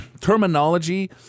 terminology